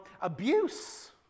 Abuse